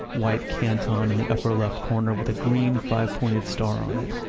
white canton in the upper left corner with a green, five-pointed star on it.